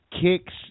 kicks